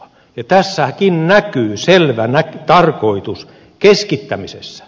ja tässäkin näkyy selvä tarkoitus keskittämisessä